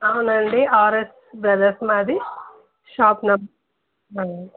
అవునండి RS brothers మాది shop number